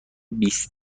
بیست